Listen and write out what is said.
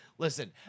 Listen